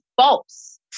false